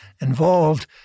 involved